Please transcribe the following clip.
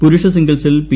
പുരുഷ സിംഗിൾസിൽ പി